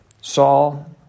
Saul